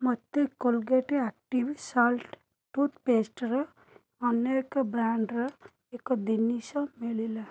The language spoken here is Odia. ମୋତେ କୋଲଗେଟ୍ ଆକ୍ଟିଭ୍ ସଲ୍ଟ୍ ଟୁଥପେଷ୍ଟର ଅନ୍ୟ ଏକ ବ୍ରାଣ୍ଡ୍ର ଏକ ଜିନିଷ ମିଳିଲା